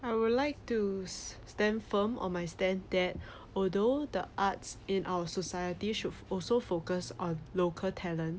I would like to s~ stand firm on my stand that although the arts in our society should also focus on local talent